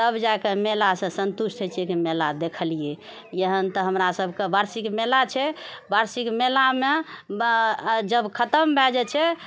तब जाए कऽ मेलासँ सन्तुष्ट होइ छै कि मेला देखलिऐ एहन तऽ हमरा सभके वार्षिक मेला छै वार्षिक मेलामे जब खत्म भए जाइत छै तब